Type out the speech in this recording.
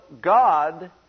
God